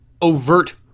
overt